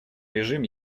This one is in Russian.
режим